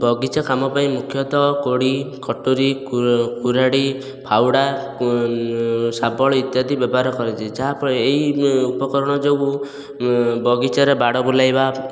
ବଗିଚା କାମ ପାଇଁ ମୁଖ୍ୟତଃ କୋଡ଼ି କଟୁରୀ କୁରାଢ଼ୀ ଫାଉଡ଼ା ଶାବଳ ଇତ୍ୟାଦି ବ୍ୟବହାର କରାଯାଏ ଯାହାଫଳରେ ଏଇ ଉପକରଣ ଯୋଗୁଁ ବଗିଚାରେ ବାଡ଼ ବୁଲାଇବା